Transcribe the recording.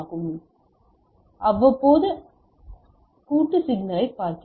இப்போது அவ்வப்போது அல்லாத கூட்டு சிக்னலைப் பார்க்கிறோம்